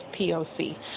POC